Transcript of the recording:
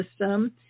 system